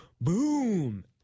Boom